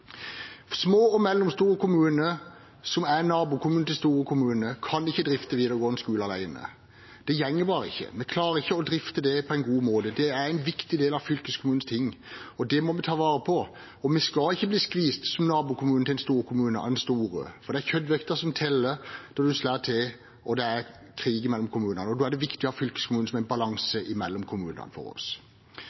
Små og mellomstore kommuner som er nabokommune til store kommuner, kan ikke drifte videregående skoler alene. Det går bare ikke. Vi klarer ikke å drifte det på en god måte. Det er en viktig del av fylkeskommunens saker, og det må vi ta vare på. Vi skal ikke bli skvist som nabokommune til en stor kommune, for det er kjøttvekta som teller når en slår til og det er krig mellom kommunene. Da er det viktig for oss å ha fylkeskommunen som en balanse imellom kommunene.